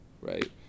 right